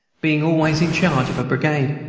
being always in charge of a brigade.